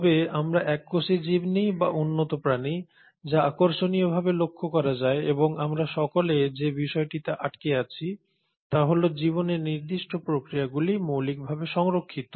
তবে আমরা এককোষী জীব নিই বা উন্নত প্রাণী যা আকর্ষণীয় ভাবে লক্ষ করা যায় এবং আমরা সকলে যে বিষয়টিতে আটকে আছি তা হল জীবনের নির্দিষ্ট প্রক্রিয়াগুলি মৌলিকভাবে সংরক্ষিত